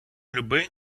люби